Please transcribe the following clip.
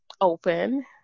open